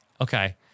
okay